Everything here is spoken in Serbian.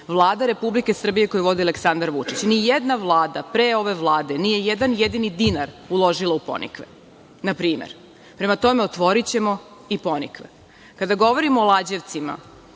Vlada Republike Srbije, koju vodi Aleksandar Vučić, nijedna vlada pre ove Vlade nije jedan jedini dinar uložila u Ponikve, npr. Prema tome, otvorićemo i Ponikve. Kada govorimo o Lađevcima,